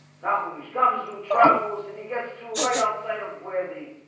now whom his gums who travels and he gets to write outside of where the